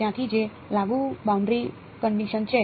ત્યાંથી જે લાગુ બાઉન્ડરી કનડીશન છે